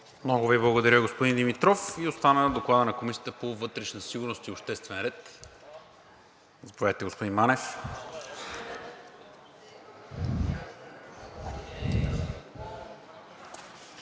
Много Ви благодаря, господин Димитров. Остана Докладът на Комисията по вътрешна сигурност и обществен ред – заповядайте, господин Манев.